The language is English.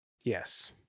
Yes